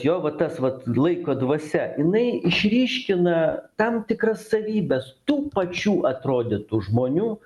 jo va tas vat laiko dvasia jinai išryškina tam tikras savybes tų pačių atrodytų žmonių